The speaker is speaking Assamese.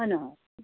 হয় নহয়